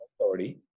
authority